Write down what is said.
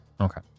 Okay